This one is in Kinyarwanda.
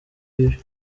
bibi